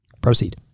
proceed